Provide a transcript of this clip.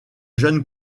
jeune